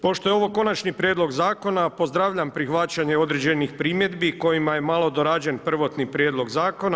Pošto je ovo konačni prijedlog zakona pozdravljam prihvaćanje određenih primjedbi kojima je malo dorađen prvotni prijedlog zakona.